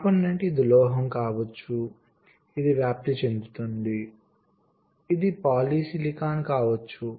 component అంటే ఇది లోహం కావచ్చు ఇది వ్యాప్తి చెందుతుంది ఇది లోహం కావచ్చు ఇది పాలిసిలికాన్ కావచ్చు